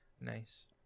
Nice